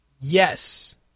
Yes